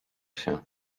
się